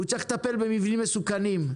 הוא צריך לטפל במבנים מסוכנים.